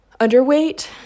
underweight